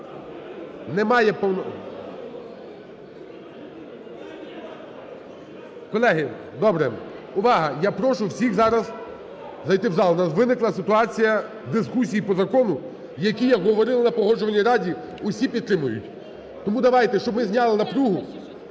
добре. Увага! Я прошу всіх зараз зайти в зал, у нас виникла ситуація дискусії по закону, який, як говорили на Погоджувальній раді, усі підтримують. Тому давайте, щоб ми зняли напругу,